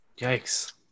yikes